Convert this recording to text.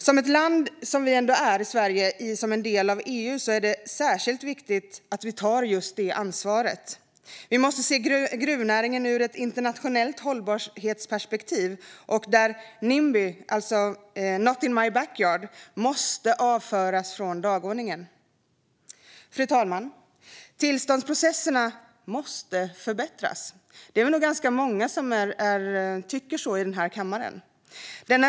Sverige är ett land som är en del av EU, och det är särskilt viktigt att vi tar ansvar. Vi måste se gruvnäringen ur ett internationellt hållbarhetsperspektiv, där nimby - not in my backyard - måste avföras från dagordningen. Fru talman! Tillståndsprocesserna måste förbättras. Det är nog ganska många som tycker så i denna kammare.